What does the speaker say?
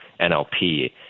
NLP